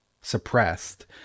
suppressed